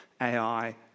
AI